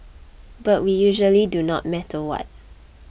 but we usually do no matter what